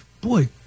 boy